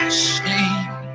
shame